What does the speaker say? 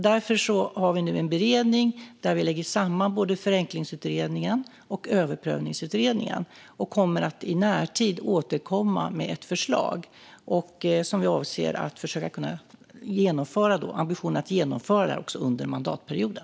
Därför har vi nu en beredning där vi lägger samman både Förenklingsutredningen och Överprövningsutredningen och i närtid kommer att återkomma med ett förslag som vi har ambitionen att genomföra under mandatperioden.